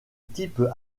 type